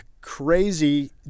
crazy